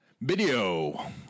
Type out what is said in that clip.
Video